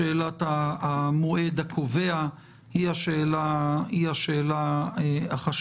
שאלת המועד הקובע היא השאלה החשובה,